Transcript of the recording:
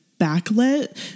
backlit